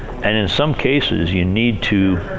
and in some cases you need to